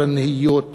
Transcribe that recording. כל הנהיות